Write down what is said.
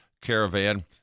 caravan